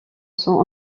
sent